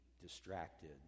distracted